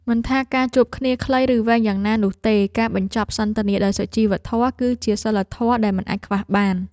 មិនថាការជួបគ្នាខ្លីឬវែងយ៉ាងណានោះទេការបញ្ចប់សន្ទនាដោយសុជីវធម៌គឺជាសីលធម៌ដែលមិនអាចខ្វះបានឡើយ។